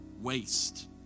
waste